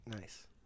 Nice